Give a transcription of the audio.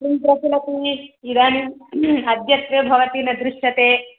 किं प्रचलति इदानीम् अद्यत्वे भवती न दृश्यते